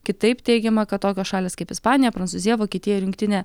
kitaip teigiama kad tokios šalys kaip ispanija prancūzija vokietija jungtinė